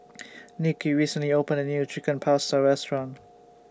Nicki recently opened A New Chicken Pasta Restaurant